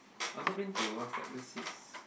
I also been to what's that there's this